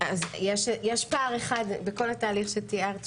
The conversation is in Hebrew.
יש פער אחד בכל התהליך שתיארת,